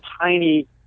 tiny